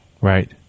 Right